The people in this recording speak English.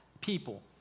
people